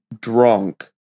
drunk